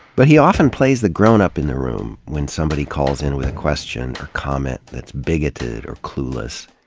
but he often plays the grownup in the room when somebody calls in with a question or comment that's bigoted or clueless.